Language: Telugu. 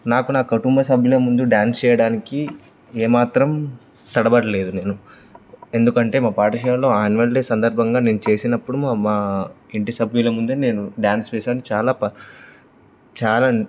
నాకు నా కుటుంబ సభ్యుల ముందు డ్యాన్స్ చేయడానికి ఏమాత్రం తడబడలేదు నేను ఎందుకంటే మా పాఠశాలలో ఆన్యువల్ డే సందర్భంగా నేను చేసినప్పుడు మా మా ఇంటి సభ్యుల ముందే నేను డ్యాన్స్ వెసాను చాలా చాలా